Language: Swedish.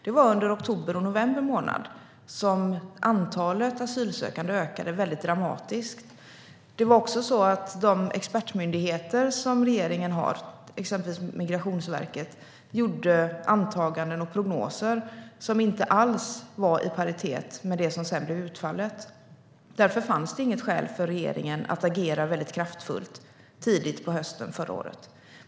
Det var under oktober och november som antalet asylsökande ökade dramatiskt. De expertmyndigheter som regeringen har, till exempel Migrationsverket, gjorde antaganden och prognoser som inte alls var i paritet med det som sedan blev utfallet. Därför fanns inget skäl för regeringen att agera kraftfullt tidigt på hösten förra året.